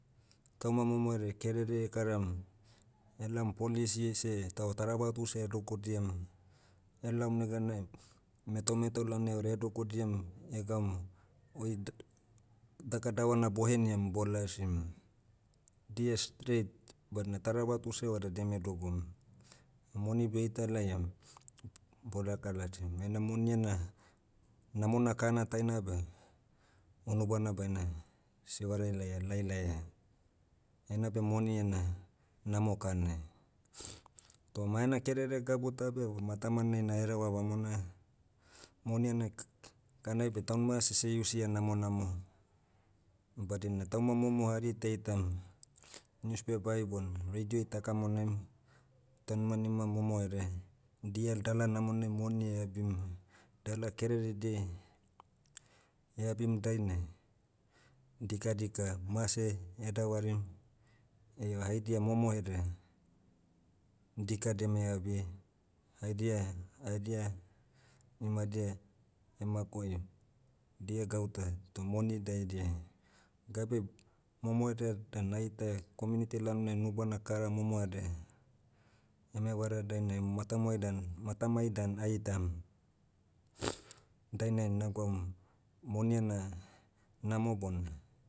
Tauma momoherea kerere ekaram, elaom polisi ese toh taravatu seh edegodiam, elaom neganai, metau metau laonai vada edogodiam, egam, oi d- daka davana boheniam bolasim. Dia straight, badina taravatu seh vada deme dogom. Moni beitalaiam, borakalasim. Heina moni ena, namona kana taina beh, unubana baina, sivarai laia lailaia. Eina beh moni ena, namo kanai. Toh maena kerere gabu ta beh matamanai nahereva bamona, moni ena k- kanai beh taunima seh seiusia namonamo, badina tauma momo hari taitam, niuspepai bona reidioi takamonaim, tanimanima momoherea, dia dala namonai moni eabim, dala kererediai, eabim dainai, dikadika mase edavarim, eieva haidi momoherea, dika deme abi. Haidia, aedia, imadia, emakoi, dia gauta, toh moni daidiai. Gabe, momoedea, da naitaia, community lalonai nubana kara momo ade, eme vara dainai matamuai dan- matamai dan aitam. dainai nagwaum, moni ena, namo bona